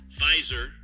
Pfizer